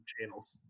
channels